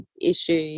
issue